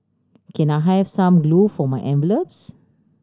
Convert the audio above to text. can I have some glue for my envelopes